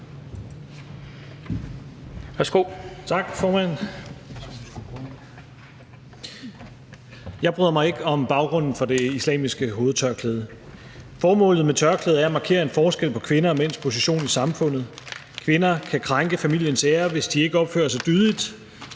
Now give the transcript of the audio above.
Jeg bryder mig ikke om baggrunden for det islamiske hovedtørklæde. Formålet med tørklædet er at markere en forskel på kvinder og mænds position i samfundet. Kvinder kan krænke familiens ære, hvis de ikke opfører sig dydigt.